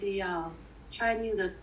try new 的东西